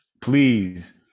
Please